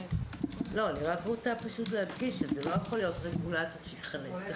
אני רק רוצה להדגיש שזה לא יכול להיות רגולטור שיחלץ,